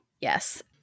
Yes